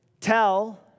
tell